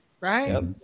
right